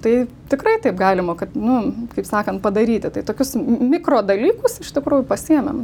tai tikrai taip galima kad nu kaip sakant padaryti tai tokius mikro dalykus iš tikrųjų pasiėmėm